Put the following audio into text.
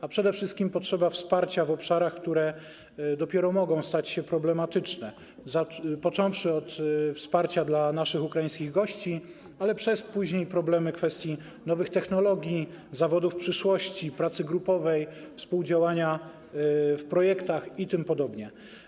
A przede wszystkim potrzeba wsparcia w obszarach, które dopiero mogą stać się problematyczne, począwszy od wsparcia dla naszych ukraińskich gości, przez późniejsze problemy związane z kwestią nowych technologii, zawodów przyszłości, pracy grupowej, współdziałania w projektach itp.